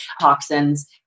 toxins